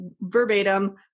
verbatim